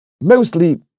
mostly